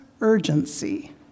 urgency